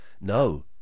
No